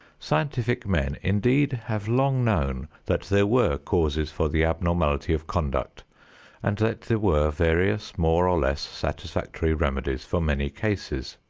scientific men indeed have long known that there were causes for the abnormality of conduct and that there were various more or less satisfactory remedies for many cases.